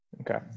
Okay